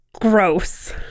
gross